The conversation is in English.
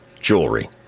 jewelry